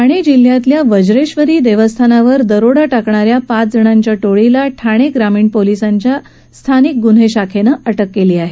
ठाणे जिल्ह्यातल्या वज्ञेश्वरी देवस्थानावर दरोडा टाकणाऱ्या पांच जणांच्या टोळीला ठाणे ग्रामीण पोलिसांच्या स्थानिक गुन्हे शाखेने अटक केली आहे